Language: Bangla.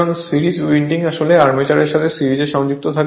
সুতরাং সিরিজ উইন্ডিং আসলে আর্মেচারের সাথে সিরিজে যুক্ত